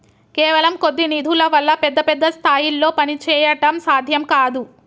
కేవలం కొద్ది నిధుల వల్ల పెద్ద పెద్ద స్థాయిల్లో పనిచేయడం సాధ్యం కాదు